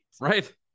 Right